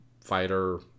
fighter